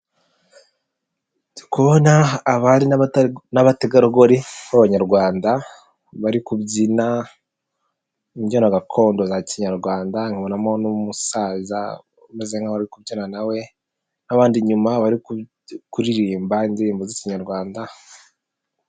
Ndi kubona abari n'abategarugori b'Abanyarwanda bari kubyina imbyino gakondo za Kinyarwanda, nkabonamo n'umusaza umeze nkaho ari kubyina nawe n'abandi inyuma bari kuririmba indirimbo z'Ikinyarwanda.